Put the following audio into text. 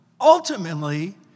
Ultimately